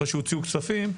אחרי שהוציאו כספים,